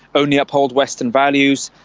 only uphold western values,